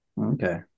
okay